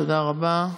תודה רבה.